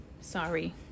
sorry